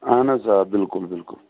اہَن حظ آ بالکُل بالکُل